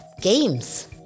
games